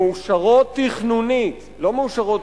מאושרות תכנונית, לא מאושרות,